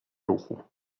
ruchu